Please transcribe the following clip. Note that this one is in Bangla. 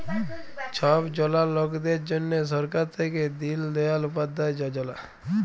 ছব জলা লকদের জ্যনহে সরকার থ্যাইকে দিল দয়াল উপাধ্যায় যজলা